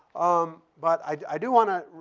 um but i do want to